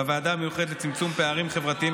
בוועדה המיוחדת לצמצום פערים חברתיים